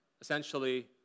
essentially